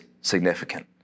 significant